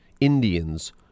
Indians